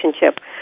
relationship